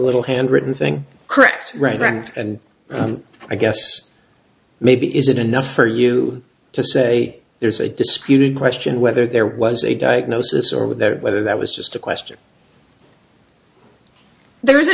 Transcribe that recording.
little handwritten thing correct right and and i guess maybe is it enough for you to say there's a disputed question whether there was a diagnosis or with there whether that was just a question there is a